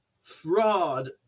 fraud